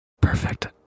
Perfect